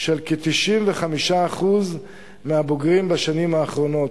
של כ-95% מהבוגרים בשנים האחרונות.